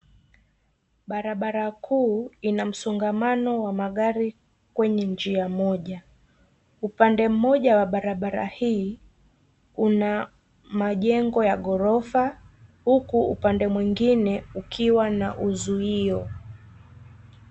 Barabara kuu ina msongamano wa magari kwenye njia moja. Upande mmoja wa barabara hii, kuna majengo ya ghorofa huku upande mwengine ukiwa na uzuio.